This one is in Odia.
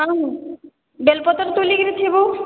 ହଁ ବେଲ ପତର ତୋଳି କରି ଥିବୁ